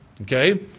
Okay